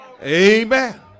Amen